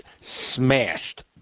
smashed